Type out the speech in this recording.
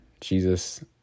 Jesus